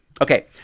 Okay